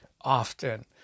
often